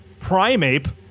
Primeape